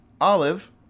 Olive